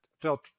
felt